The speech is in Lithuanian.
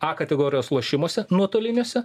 a kategorijos lošimuose nuotoliniuose